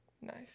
Nice